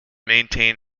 maintain